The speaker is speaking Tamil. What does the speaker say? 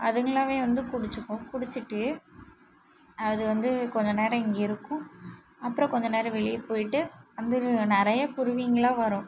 அதுங்களாகவே வந்து குடிச்சிக்கும் குடிச்சிவிட்டு அது வந்து கொஞ்ச நேரம் இங்கே இருக்கும் அப்புறோம் கொஞ்ச நேரம் வெளியே போயிவிட்டு வந்து நிறையா குருவிங்கலாம் வரும்